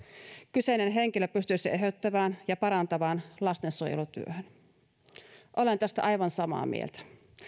kyseinen henkilö pystyisi eheyttävään ja parantavaan lastensuojelutyöhön olen tästä aivan samaa mieltä